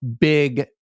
big